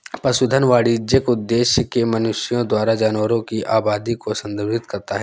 पशुधन वाणिज्यिक उद्देश्य के लिए मनुष्यों द्वारा जानवरों की आबादी को संदर्भित करता है